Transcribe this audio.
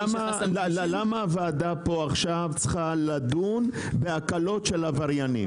למה הוועדה פה עכשיו צריכה לדון בהקלות של עבריינים?